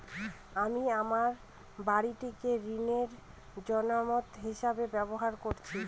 আমি আমার বাড়িটিকে ঋণের জামানত হিসাবে ব্যবহার করেছি